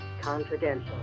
Confidential